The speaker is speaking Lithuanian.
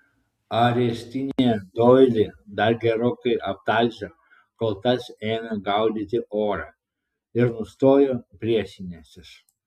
areštinėje doilį dar gerokai aptalžė kol tas ėmė gaudyti orą ir nustojo priešinęsis